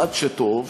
1. שטוב,